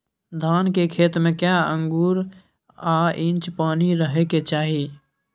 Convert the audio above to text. धान के खेत में कैए आंगुर आ इंच पानी रहै के चाही?